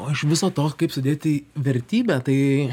o iš viso to kaip sudėti vertybę tai